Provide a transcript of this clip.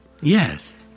yes